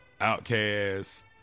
Outcast